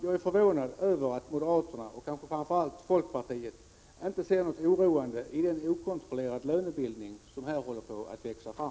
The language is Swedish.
Jag är förvånad över att moderaterna och kanske framför allt folkpartiet inte ser något oroande i den okontrollerade lönebildning som här håller på att växa fram.